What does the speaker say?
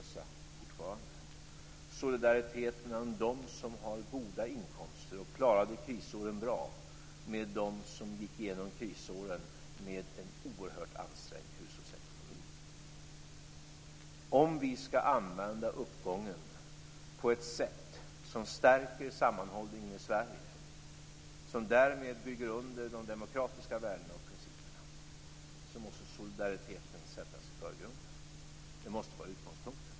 Det handlar om solidaritet mellan dem som har goda inkomster och klarade krisåren bra och dem som gick igenom krisåren med en oerhört ansträngd hushållsekonomi. Om vi skall använda uppgången på ett sätt som stärker sammanhållningen i Sverige och som därmed bygger under de demokratiska värdena och principerna måste solidariteten sättas i förgrunden. Det måste vara utgångspunkten.